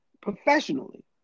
professionally